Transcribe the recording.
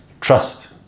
trust